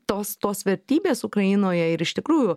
tos tos vertybės ukrainoje ir iš tikrųjų